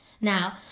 now